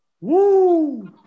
Woo